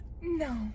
No